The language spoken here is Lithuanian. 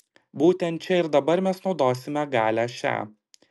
būtent čia ir dabar mes naudosime galią šią